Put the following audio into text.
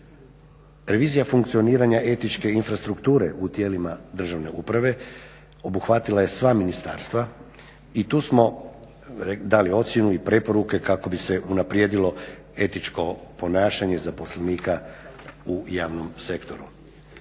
Revizija funkcioniranja etičke infrastrukture u tijelima državne uprave obuhvatila je sva ministarstva i tu smo dali ocjenu i preporuke kako bi se unaprijedilo etičko ponašanje zaposlenika u javnom sektoru.